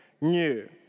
New